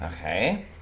Okay